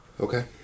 Okay